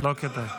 לא כדאי.